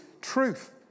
truth